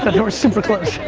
but they were super close.